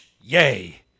Yay